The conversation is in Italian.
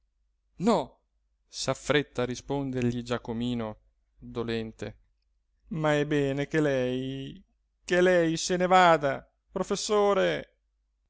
toti no s'affretta a rispondergli giacomino dolente ma è bene che lei che lei se ne vada professore